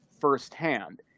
firsthand